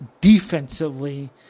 defensively